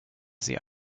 sie